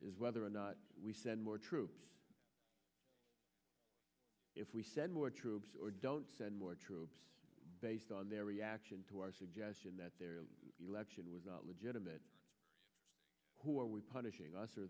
is whether or not we send more troops if we send more troops or don't send more troops based on their reaction to our suggestion that they would not legitimate who are we punishing us or